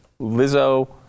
Lizzo